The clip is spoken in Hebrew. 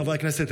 חברי הכנסת,